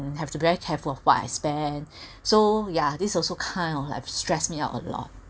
have to very of what I spend so yeah this also kind of like stress me out a lot